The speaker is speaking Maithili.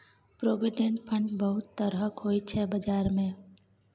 प्रोविडेंट फंड बहुत तरहक होइ छै बजार मे